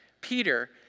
Peter